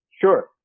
Sure